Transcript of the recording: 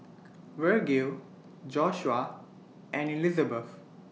Vergil Joshuah and Elizabeth